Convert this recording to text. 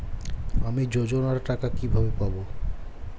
আমি যোজনার টাকা কিভাবে পাবো?